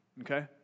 okay